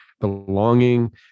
belonging